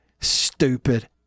Stupid